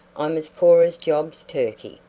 i'm as poor as job's turkey.